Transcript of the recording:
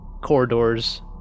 corridors